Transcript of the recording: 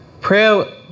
prayer